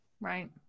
Right